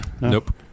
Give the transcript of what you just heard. Nope